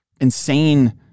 insane